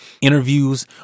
interviews